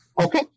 Okay